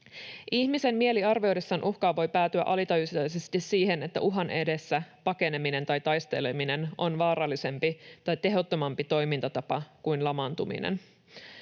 Ihmisen mieli uhkaa arvioidessaan voi päätyä alitajuntaisesti siihen, että uhan edessä pakeneminen tai taisteleminen on vaarallisempi tai tehottomampi toimintatapa kuin lamaantuminen.